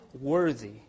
worthy